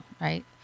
right